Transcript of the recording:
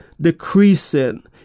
decreasing